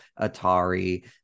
atari